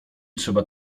trzeba